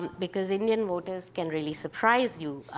um because indian voters can really surprise you.